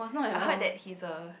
I've heard that he's a